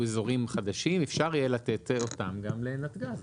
אזורים חדשים אפשר יהיה לתת אותם גם לנתג"ז.